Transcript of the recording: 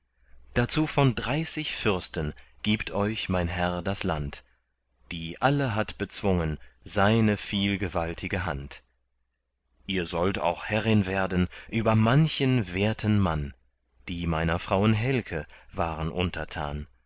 dazu von dreißig fürsten gibt euch mein herr das land die alle hat bezwungen seine vielgewaltige hand ihr sollt auch herrin werden über manchen werten mann die meiner frauen helke waren untertan